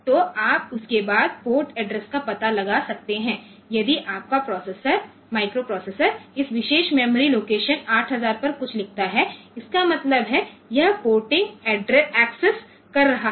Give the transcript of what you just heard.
तो आप उसके बाद पोर्ट एड्रेस का पता लगा सकते हैं यदि आपका माइक्रोप्रोसेसर इस विशेष मेमोरी लोकेशन 8000 पर कुछ लिखता है इसका मतलब है यह पोर्टिंग एक्सेस कर रहा है